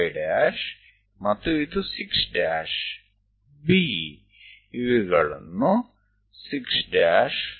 હવે આપણને બીજું પગલું કરવાની જરૂર પડશે